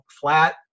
flat